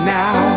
now